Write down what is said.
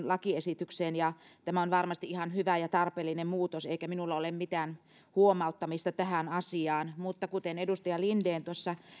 lakiesitykseen ja tämä on varmasti ihan hyvä ja tarpeellinen muutos eikä minulla ole mitään huomauttamista tähän asiaan mutta kuten edustaja linden tuossa